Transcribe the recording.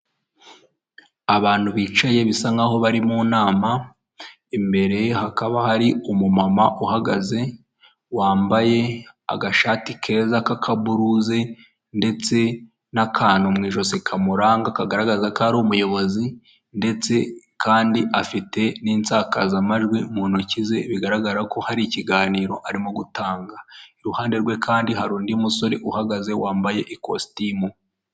Onurayini shopingi puratifomu ni ahantu ushobora kuba wakoresha ugura ibicuruzwa bigiye bitandukanye, ni apurikasiyo ushyira muri telefone yawe cyangwa muri mudasobwa yawe ukajya uhaha wibereye mu rugo.